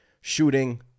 shooting